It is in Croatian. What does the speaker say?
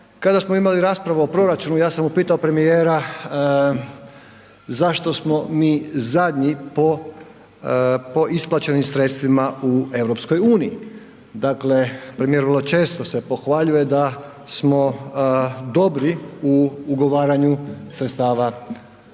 kada smo imali raspravu o proračunu ja sam upito premijera zašto smo mi zadnji po isplaćenim sredstvima u EU. Dakle, premijer vrlo često se pohvaljuje da smo dobri u ugovaranju sredstava sa